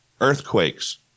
earthquakes